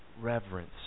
reverence